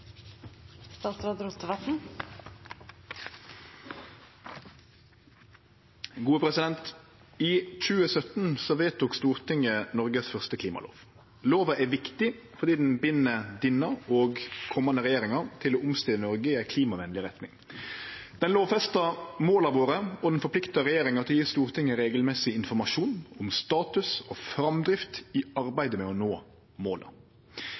viktig fordi ho bind denne og kommande regjeringar til å omstille Noreg i ei klimavenleg retning. Ho lovfestar måla våre, og ho forpliktar regjeringa til å gje Stortinget regelmessig informasjon om status og framdrift i arbeidet med å nå måla.